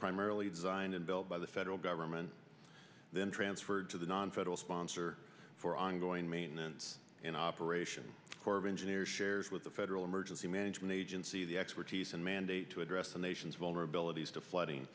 primarily designed and built by the federal government then transferred to the nonfederal sponsor for ongoing maintenance and operation corps of engineers shares with the federal emergency management agency the expertise and mandate to address the nation's vulnerabilities to flooding